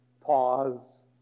pause